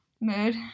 Mood